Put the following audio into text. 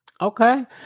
Okay